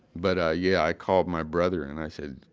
but ah yeah, i called my brother and i said,